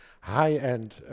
high-end